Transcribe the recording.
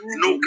no